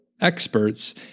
experts